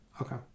okay